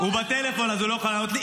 הוא בטלפון אז הוא לא יכול לענות לי.